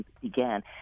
began